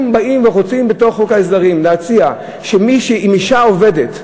אם באים ורוצים בתוך חוק ההסדרים להציע שאם אישה עובדת,